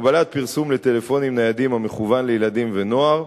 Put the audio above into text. הגבלת פרסום של טלפונים ניידים המכוון לילדים ונוער